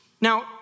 Now